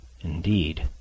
Indeed